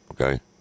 Okay